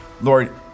Lord